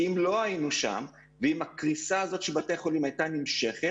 כי אם לא היינו שם ואם הקריסה הזו של בתי החולים הייתה נמשכת,